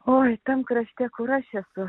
oi ten krašte kuriasi